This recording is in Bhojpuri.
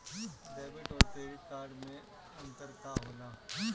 डेबिट और क्रेडिट कार्ड मे अंतर का होला?